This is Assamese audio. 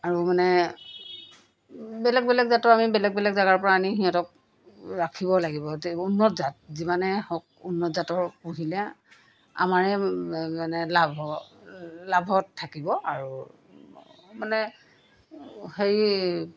আৰু মানে বেলেগ বেলেগ জাতৰ আমি বেলেগ বেলেগ জাগাৰ পৰা আনি সিহঁতক ৰাখিব লাগিব উন্নত জাত যিমানেই হওক উন্নত জাতৰ পুহিলে আমাৰেই মানে লাভ হ'ব লাভত থাকিব আৰু মানে হেৰি